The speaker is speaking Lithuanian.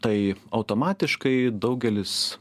tai automatiškai daugelis